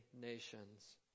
nations